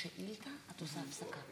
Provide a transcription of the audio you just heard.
עד שאתה מסדר,